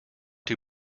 too